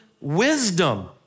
wisdom